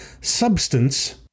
substance